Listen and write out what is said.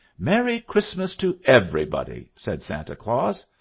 merry christmas to everybody said santa claus.